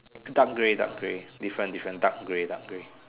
dark grey dark grey different different dark grey dark grey